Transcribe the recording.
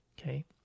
Okay